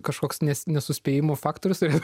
kažkoks nes nesuspėjimo faktorius turi